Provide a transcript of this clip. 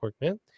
man